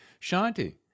Shanti